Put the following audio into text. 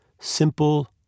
Simple